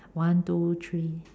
one two three